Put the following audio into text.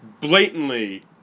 blatantly